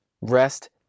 Rest